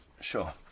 Sure